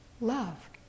love